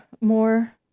more